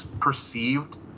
perceived